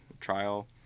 trial